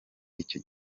icyo